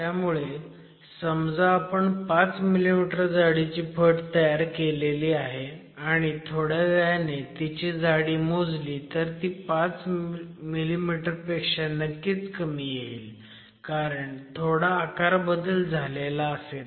त्यामुळे समजा आपण 5 मिमी जाडीची फट तयार केली आहे आणि थोड्या वेळाने तिची जाडी मोजली तर ती 5 मिमी पेक्षा नक्कीच कमी येईल कारण थोडा आकारबदल झालेला असेल